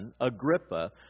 Agrippa